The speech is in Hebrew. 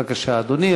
בבקשה, אדוני.